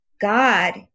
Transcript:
God